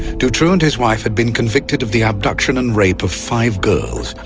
dutroux and his wife had been convicted of the abduction and rape of five girls.